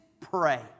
pray